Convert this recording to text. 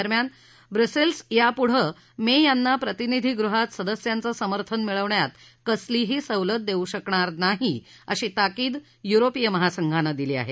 दरम्यान ब्रसेल्स यापुढं मे यांना प्रतिनिधी गृहात सदस्यांचं समर्थन मिळवण्यात कसलीही सवलत देऊ शकणार नाही अशी ताकीद युरोपिय महासंघानं दिली आहे